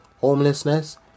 homelessness